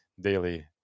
daily